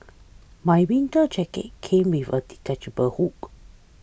my winter jacket came with a detachable hook